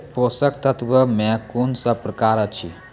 पोसक तत्व मे कून सब प्रकार अछि?